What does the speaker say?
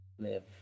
Live